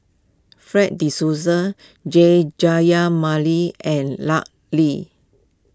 Fred De Souza Jayamani and Lut Ali